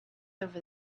over